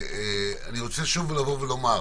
אני רוצה שוב לומר: